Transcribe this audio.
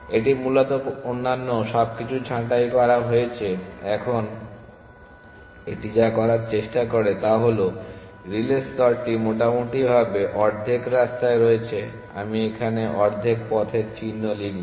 এটি মূলত অন্যান্য সবকিছু ছাঁটাই করা হয়েছে এখন এটি যা করার চেষ্টা করে তা হল রিলে স্তরটি মোটামুটিভাবে অর্ধেক রাস্তায় রয়েছে আমি এখানে অর্ধেক পথের চিহ্ন লিখব